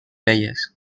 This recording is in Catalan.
belles